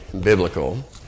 biblical